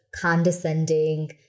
condescending